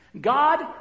God